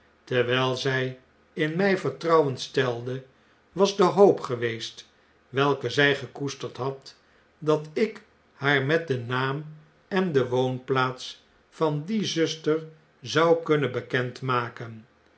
terwjjl zjj in mjj vertrouwen stelde was de hoop geweest welke zjj gekoesterd had dat ik haar met den naam en de woonplaats van die zuster zou kunnen bekend maken